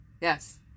Yes